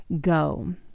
go